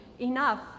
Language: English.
enough